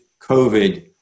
COVID